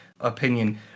opinion